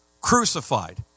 crucified